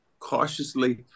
cautiously